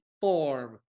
form